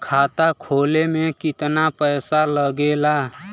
खाता खोले में कितना पैसा लगेला?